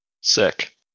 Sick